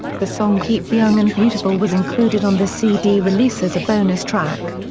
the song keep young and beautiful was included on the cd release as a bonus track.